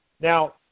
Now